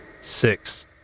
six